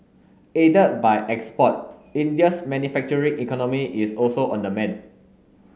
aided by export India's manufacturing economy is also on the mend